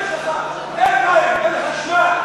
אין מים, אין חשמל,